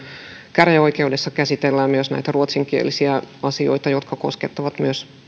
käräjäoikeudessa käsitellään myös ruotsinkielisiä asioita jotka koskettavat